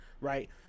right